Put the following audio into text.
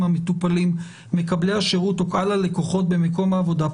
המטופלים מקבלי השירות או קהל הלקוחות במקום העבודה,